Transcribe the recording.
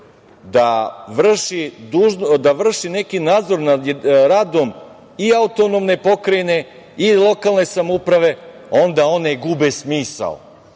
da vrši neki nadzor nad radom i autonomne pokrajine i lokalne samouprave, onda one gube smisao.